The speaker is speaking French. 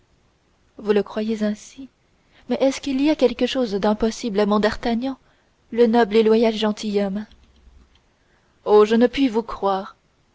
vous le croyez ainsi mais est-ce qu'il y a quelque chose d'impossible à mon d'artagnan le noble et loyal gentilhomme oh je ne puis vous croire